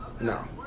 No